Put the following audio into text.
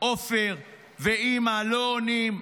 עופר ואימא לא עונים,